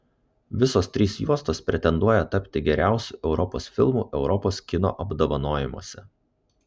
visos trys juostos pretenduoja tapti geriausiu europos filmu europos kino apdovanojimuose